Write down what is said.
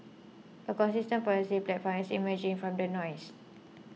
a consistent policy platform is emerging from the noise